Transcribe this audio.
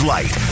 Light